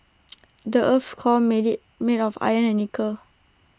the Earth's core made IT make of iron and nickel